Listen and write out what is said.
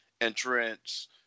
entrance